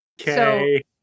Okay